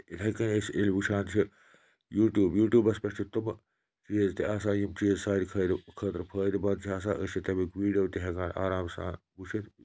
اِتھَے کٔنۍ أسۍ ییٚلہِ أسۍ وٕچھان چھِ یوٗٹیوٗب یوٗٹیوٗبَس پٮ۪ٹھ چھِ تِم چیٖز تہِ آسان یِم چیٖز سانہِ خٲطرٕ فٲیدٕ منٛد چھِ آسان أسۍ چھِ تَمیُک ویٖڈیو تہِ ہٮ۪کان آرام سان وٕچھِتھ